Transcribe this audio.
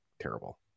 terrible